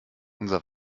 unser